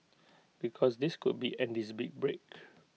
because this could be Andy's big break